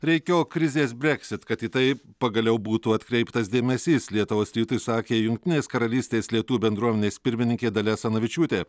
reikėjo krizės breksit kad į tai pagaliau būtų atkreiptas dėmesys lietuvos rytui sakė jungtinės karalystės lietuvių bendruomenės pirmininkė dalia asanavičiūtė